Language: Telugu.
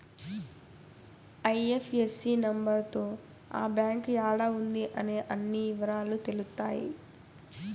ఐ.ఎఫ్.ఎస్.సి నెంబర్ తో ఆ బ్యాంక్ యాడా ఉంది అనే అన్ని ఇవరాలు తెలుత్తాయి